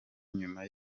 nyuma